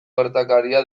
gertakaria